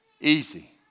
easy